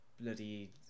bloody